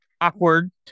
awkward